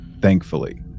thankfully